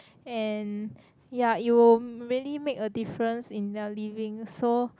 and ya it will really make a difference in their living so